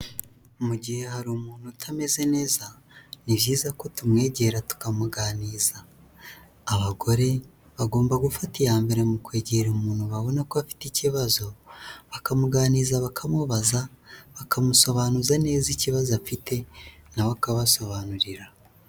Mu gihe hari umuntu utameze neza ni byiza ko tumwegera tukamuganiriza, abagore bagomba gufata iya mbere mu kwegera umuntu babona ko afite ikibazo bakamuganiriza bakamubaza bakamusobanuza neza ikibazo afite nawe akabasobanurira.